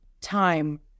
time